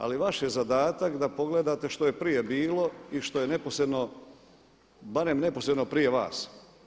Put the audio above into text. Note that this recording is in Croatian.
Ali vaš je zadatak da pogledate što je prije bilo i što je neposredno, barem neposredno prije vas.